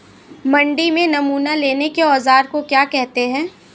मंडी में नमूना लेने के औज़ार को क्या कहते हैं?